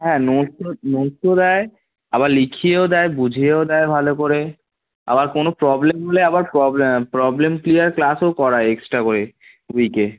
হ্যাঁ নোটস তো নোটস তো দেয় আবার লিখিয়েও দেয় বুঝিয়েও দেয় ভালো করে আবার কোনো প্রবলেম হলে আবার প্রব প্রবলেম ক্লিয়ার ক্লাসও করায় এক্সট্রা করে উইকে